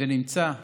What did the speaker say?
נמצא